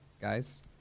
guys